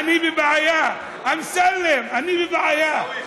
אני בבעיה, אמסלם, אני בבעיה.